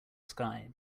sky